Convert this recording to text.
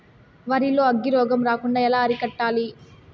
వరి లో అగ్గి రోగం రాకుండా ఎలా అరికట్టాలి?